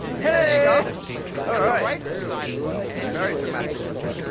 yeah yeah right side of his head very dramatic looking